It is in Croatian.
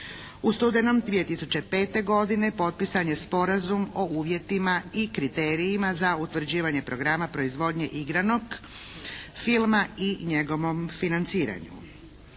U studenom 2005. godine potpisan je Sporazum o uvjetima i kriterijima za utvrđivanje programa proizvodnje igranog filma i njegovom financiranju.